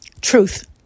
truth